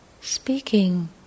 speaking